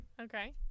Okay